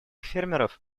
фермеров